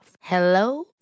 Hello